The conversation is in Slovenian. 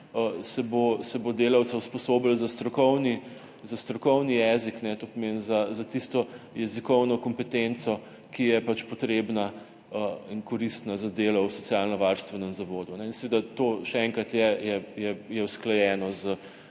se bo delavca usposobilo za strokovni jezik, to pomeni za tisto jezikovno kompetenco, ki je pač potrebna in koristna za delo v socialnovarstvenem zavodu. Še enkrat, to je usklajeno